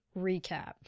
recap